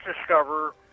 discover